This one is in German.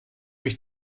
mich